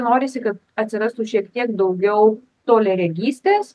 norisi kad atsirastų šiek tiek daugiau toliaregystės